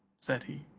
said he,